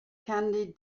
candy